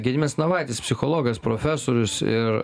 gediminas navaitis psichologas profesorius ir